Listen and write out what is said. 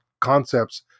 concepts